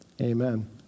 amen